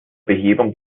behebung